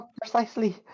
precisely